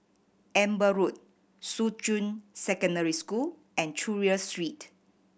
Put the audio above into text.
Amber Road Shuqun Secondary School and Chulia Street